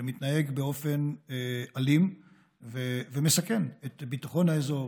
שמתנהג באופן אלים ומסכן את ביטחון האזור,